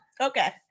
Okay